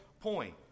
point